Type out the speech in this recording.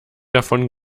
davon